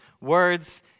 words